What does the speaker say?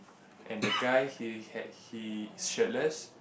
and the guy he had he shirtless